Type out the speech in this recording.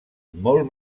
molt